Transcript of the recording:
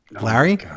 Larry